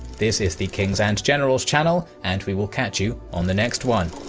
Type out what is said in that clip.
this is the kings and generals channel, and we will catch you on the next one.